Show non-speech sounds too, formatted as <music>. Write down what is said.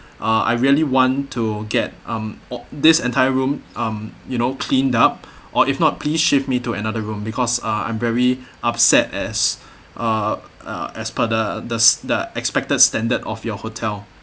uh I really want to get um or this entire room um you know cleaned up <breath> or if not please shift me to another room because uh I'm very upset as <breath> uh as per the the the expected standard of your hotel